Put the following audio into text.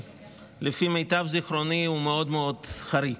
שלפי מיטב זיכרוני הוא מאוד מאוד חריג.